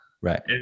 Right